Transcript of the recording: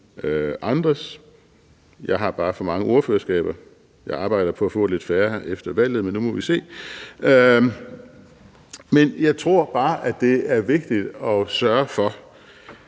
andres skyld. Jeg har bare for mange ordførerskaber – jeg arbejder på at få lidt færre efter valget, men nu må vi se. Men jeg tror bare, det er vigtigt at sørge for,